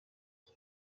iki